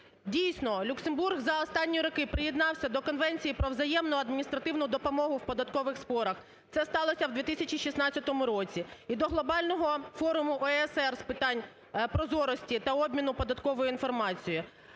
Дійсно, Люксембург за останні роки приєднався до Конвенції про взаємну адміністративну допомогу в податкових спорах. Це сталося в 2016 році і до Глобального форуму ОЕСР з питань прозорості та обміну податкової інформації.